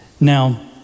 Now